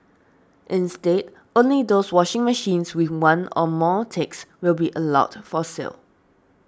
instead only those washing machines with one or more ticks will be allowed for sale